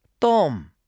Tom